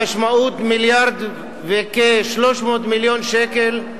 המשמעות, מיליארד וכ-300 מיליון שקל,